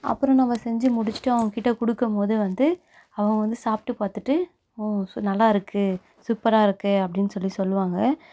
அப்புறம் நம்ம செஞ்சு முடிச்சுட்டு அவங்ககிட்ட கொடுக்கும்போது வந்து அவங்க வந்து சாப்பிட்டு பார்த்துட்டு நல்லாயிருக்கு சூப்பராக இருக்குது அப்படின்னு சொல்லி சொல்லுவாங்க